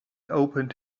opened